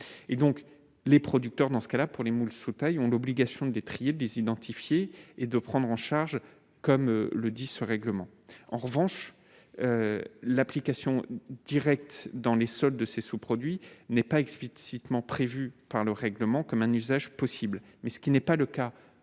et donc. Les producteurs, dans ce cas-là, pour les moules sous taille ont l'obligation de trier dit s'identifier et de prendre en charge, comme le dit ce règlement, en revanche, l'application directe dans les sols de ces sous-produits n'est pas explicitement prévu par le règlement comme un usage possible mais ce qui n'est pas le cas en